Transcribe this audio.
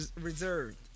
reserved